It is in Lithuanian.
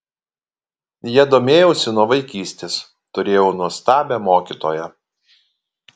ja domėjausi nuo vaikystės turėjau nuostabią mokytoją